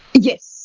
yes,